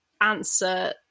answer